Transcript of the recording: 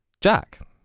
Jack